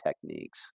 techniques